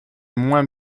moins